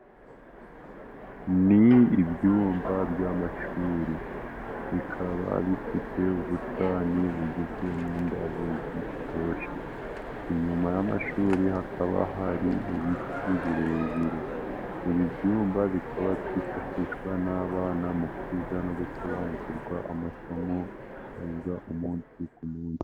Ni ibyiyumba by'amashuri bikaba bifite ubusitani bugizwe n'indabo zitaboshe. Inyuma y'amashuri hakaba hari ibiti birebire. Ibi byumba bikaba byifashishwa n'abana mu kwiga no gusobanukirwa amasomoga umunsi ku munsi.